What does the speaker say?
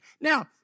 Now